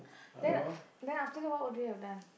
then then after that what would you have done